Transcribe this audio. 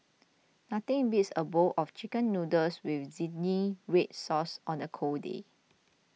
nothing beats a bowl of Chicken Noodles with Zingy Red Sauce on a cold day